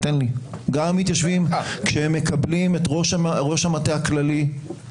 כשהם מקבלים את ראש המטה הכללי,